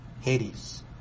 Hades